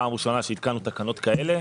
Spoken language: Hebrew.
פעם ראשונה שהתקנו תקנות כאלה.